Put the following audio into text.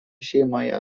šeimoje